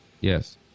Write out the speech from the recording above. yes